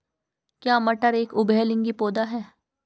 क्या मटर एक उभयलिंगी पौधा है?